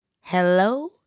Hello